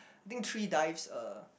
think three dives uh